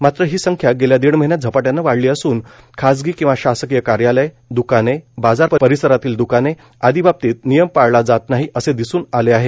मात्र ही संख्या गेल्या दीड महिन्यात झपाट्यानं वाढली असून खासगी किंवा शासकीय कार्यालय द्काने बाजार परिसरातील द्काने आदि बाबतीत नियम पाळला जात नाही असे दिसून आले आहे